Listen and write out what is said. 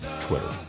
Twitter